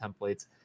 templates